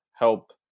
help